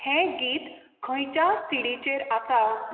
हें गीत खंयच्या सी डी चेर आसा